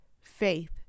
faith